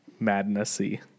Madnessy